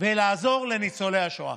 לעזור לניצולי השואה.